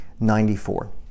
94